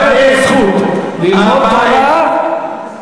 ללמוד תורה,